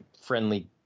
friendly